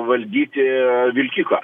valdyti vilkiką